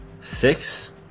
six